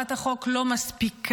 העברת החוק לא מספיקה.